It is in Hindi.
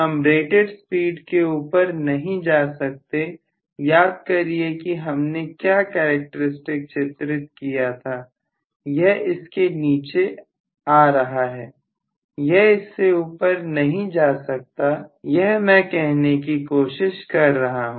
हम रेटेड स्पीड के ऊपर नहीं जा सकते याद करिए कि हमने क्या कैरेक्टरिस्टिक चित्रित किया था यह इसके नीचे आ रहा है यह इससे ऊपर नहीं जा सकता यह मैं कहने की कोशिश कर रहा हूं